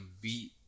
beat